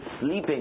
sleeping